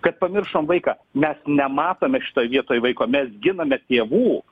kad pamiršom vaiką mes nematome šitoj vietoj vaiko mes giname tėvų